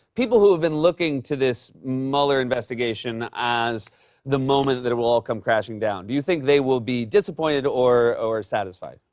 people who have been looking to this mueller investigation as the moment that it will all come crashing down. do you think they will be disappointed or or satisfied?